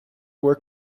where